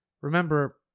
Remember